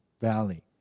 Valley